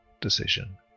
decision